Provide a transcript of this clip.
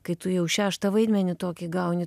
kai tu jau šeštą vaidmenį tokį gauni